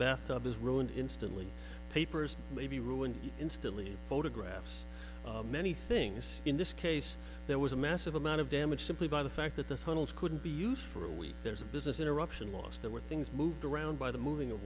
bathtub is ruined instantly papers may be ruined instantly photographs many things in this case there was a massive amount of damage simply by the fact that the tunnels couldn't be used for a week there's a business interruption loss there were things moved around by the moving of